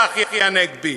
צחי הגנבי,